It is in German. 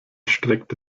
streckte